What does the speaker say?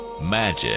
Magic